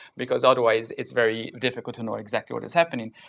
because otherwise, it's very difficult to know exactly what is happening.